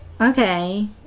okay